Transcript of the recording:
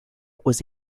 was